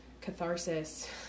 catharsis